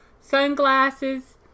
sunglasses